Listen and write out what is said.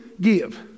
give